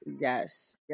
yes